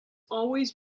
always